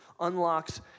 unlocks